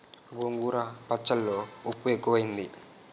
గోంగూర పచ్చళ్ళో ఉప్పు ఎక్కువైంది